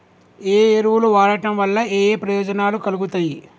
ఏ ఎరువులు వాడటం వల్ల ఏయే ప్రయోజనాలు కలుగుతయి?